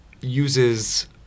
uses